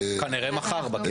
כנראה מחר.